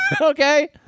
Okay